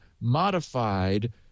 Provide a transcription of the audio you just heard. modified